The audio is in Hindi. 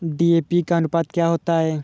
डी.ए.पी का अनुपात क्या होता है?